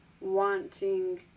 wanting